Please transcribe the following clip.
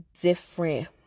different